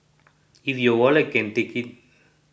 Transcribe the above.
if your wallet can take it